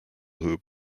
hoop